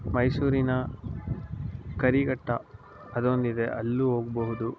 ಮೈಸೂರಿನ ಕರಿಘಟ್ಟ ಅದೊಂದಿದೆ ಅಲ್ಲಿಯೂ ಹೋಗ್ಬಹುದು